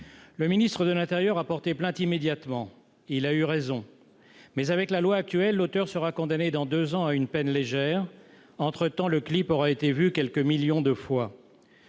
Le ministre de l'intérieur a porté plainte immédiatement. Il a eu raison. Mais avec la loi actuelle, l'auteur sera condamné dans deux ans à une peine légère. Entre-temps, le clip aura été vu quelques millions de fois.